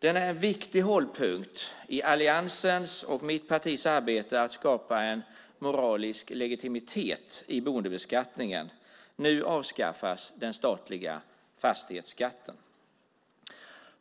Den är en viktig hållpunkt i alliansens och mitt partis arbete för att skapa en moralisk legitimitet i boendebeskattningen. Nu avskaffas den statliga fastighetsskatten.